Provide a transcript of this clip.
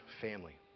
family